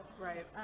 Right